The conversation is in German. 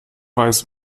weiß